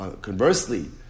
Conversely